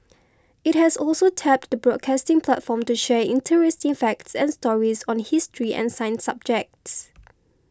it has also tapped the broadcasting platform to share interesting facts and stories on history and science subjects